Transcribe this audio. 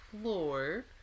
floor